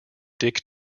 dick